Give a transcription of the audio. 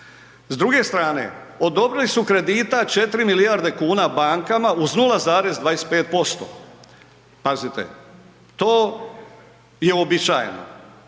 S druge strane odobrili su kredita 4 milijarde kuna bankama uz 0,25%, pazite to je uobičajeno